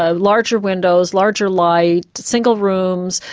ah larger windows, larger light single rooms,